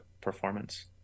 performance